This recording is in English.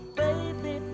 baby